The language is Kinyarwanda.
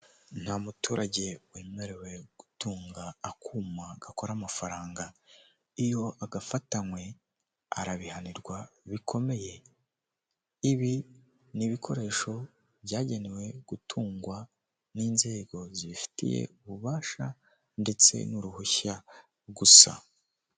Nta muturage wemerewe gutunga akuma gakora amafaranga iyo agafatanywe arabihanirwa bikomeye, ibi ni ibikoresho byagenewe gutungwa n'inzego zibifitiye ububasha ndetse n'uruhushya gusa.